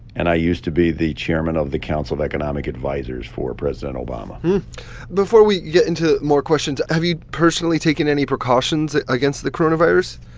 and i used to be the chairman of the council of economic advisers for president obama before we get into more questions, have you personally taken any precautions against the coronavirus?